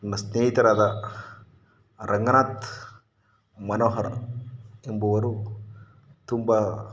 ನನ್ನ ಸ್ನೇಹಿತರಾದ ರಂಗನಾಥ್ ಮನೋಹರ ಎಂಬುವರು ತುಂಬ